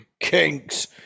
Kinks